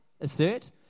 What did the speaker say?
Assert